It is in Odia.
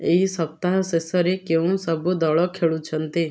ଏହି ସପ୍ତାହ ଶେଷରେ କେଉଁ ସବୁ ଦଳ ଖେଳୁଛନ୍ତି